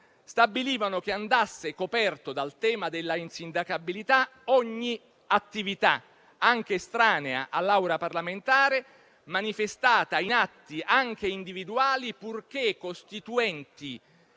stabilivano che andasse coperta dal tema dell'insindacabilità ogni attività, anche estranea all'aura parlamentare, manifestata in atti, anche individuali, purché costituenti